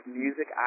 music